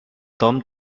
tom